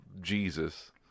Jesus